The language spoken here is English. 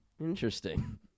Interesting